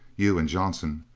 you and johnson.